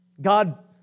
God